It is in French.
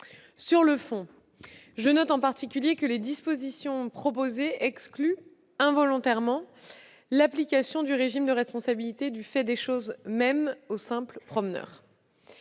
sur le fond, les dispositions proposées excluent involontairement l'application du régime de responsabilité du fait des choses, même pour les simples promeneurs.